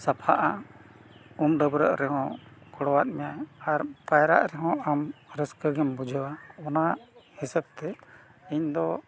ᱥᱟᱯᱷᱟᱜᱼᱟ ᱩᱢ ᱰᱟᱹᱵᱽᱨᱟᱹᱜ ᱨᱮᱦᱚᱸ ᱜᱚᱲᱚᱣᱟᱜ ᱢᱮᱭᱟᱭ ᱟᱨ ᱯᱟᱭᱨᱟᱜ ᱨᱮᱦᱚᱸ ᱟᱢ ᱨᱟᱹᱥᱠᱟᱹ ᱜᱮᱢ ᱵᱩᱡᱷᱟᱹᱣᱟ ᱚᱱᱟ ᱦᱤᱥᱟᱹᱵ ᱛᱮ ᱤᱧ ᱫᱚ